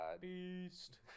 beast